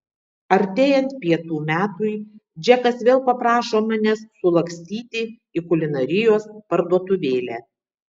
artėjant pietų metui džekas vėl paprašo manęs sulakstyti į kulinarijos parduotuvėlę